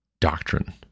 doctrine